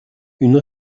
une